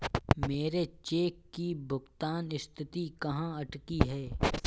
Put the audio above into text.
मेरे चेक की भुगतान स्थिति कहाँ अटकी है?